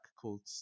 called